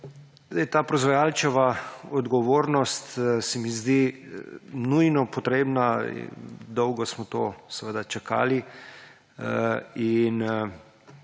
Ta proizvajalčeva odgovornost se mi zdi nujno potrebna, dolgo smo na to čakali, in